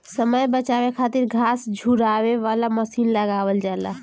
समय बचावे खातिर घास झुरवावे वाला मशीन लगावल जाला